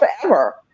forever